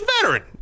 veteran